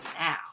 now